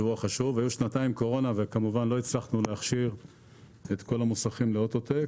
היו שנתיים קורונה וכמובן לא הצלחנו להכשיר את כל המוסכים לאוטו-טק,